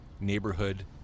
neighborhood